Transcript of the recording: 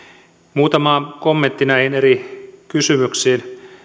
muutama kommentti näihin eri kysymyksiin